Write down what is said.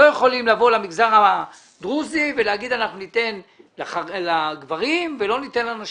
לא יכולים לבוא למגזר הדרוזי ולומר שניתן לגברים ולא ניתן לנשים.